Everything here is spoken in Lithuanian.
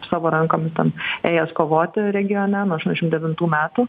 savo rankom ten ėjęs kovoti regione nuo aštuoniasdešim devintų metų